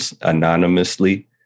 anonymously